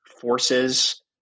forces